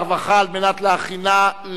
הרווחה והבריאות נתקבלה.